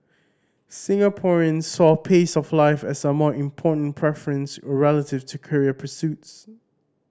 Singaporeans saw pace of life as a more important preference relative to career pursuits